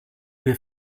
wir